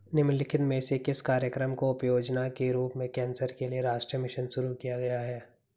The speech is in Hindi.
निम्नलिखित में से किस कार्यक्रम को उपयोजना के रूप में कैंसर के लिए राष्ट्रीय मिशन शुरू किया गया है?